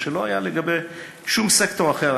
מה שלא היה לגבי שום סקטור אחר,